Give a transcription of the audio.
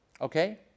Okay